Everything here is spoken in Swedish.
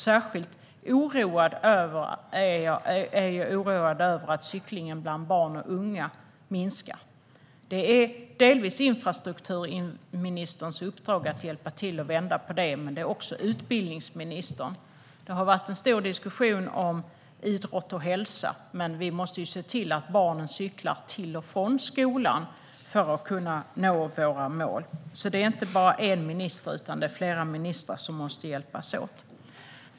Särskilt oroad är jag över att cyklingen bland barn och unga minskar. Det är delvis infrastrukturministerns uppdrag att hjälpa till att vända på detta, men det är också utbildningsministerns. Vi har haft en stor diskussion om idrott och hälsa, men vi måste också se till att barnen cyklar till och från skolan om vi ska nå våra mål. Det är alltså inte bara en minister utan flera som måste hjälpas åt.